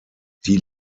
die